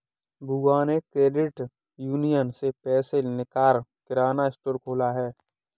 बुआ ने credit union से पैसे लेकर किराना स्टोर खोला है